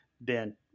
Ben